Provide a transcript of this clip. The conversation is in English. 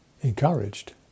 Encouraged